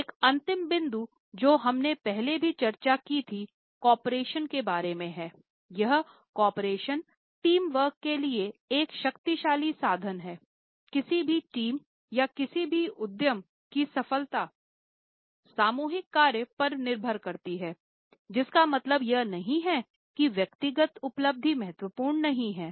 एक अंतिम बिंदु जो हमने पहले भी चर्चा की थी को ऑपरेशन के बारे में है यह को ऑपरेशन टीम वर्क के लिए एक शक्तिशाली साधन है और किसी भी टीम या किसी भी उद्यम की सफलता सामूहिक कार्य पर निर्भर करती है जिसका मतलब यह नहीं है कि व्यक्तिगत उपलब्धि महत्वपूर्ण नहीं है